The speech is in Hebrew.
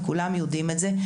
וכולם יודעים את זה.